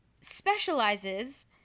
specializes